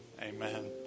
Amen